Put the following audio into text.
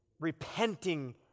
repenting